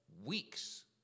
weeks